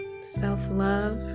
self-love